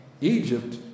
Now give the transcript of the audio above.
Egypt